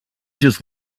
just